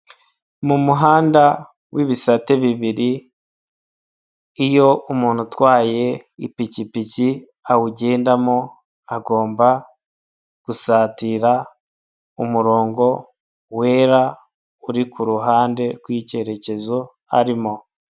Mu muhanda w'ibisate bibiri, iyo umuntu utwaye ipikipiki awugendamo, agomba gusatira umurongo wera uri ku ruhande rw'icyerekezo arimo.